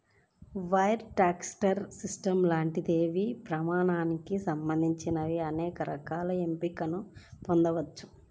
wire transfer system లావాదేవీల పరిమాణానికి సంబంధించి అనేక రకాల ఎంపికలను పొందొచ్చు